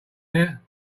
there